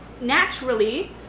naturally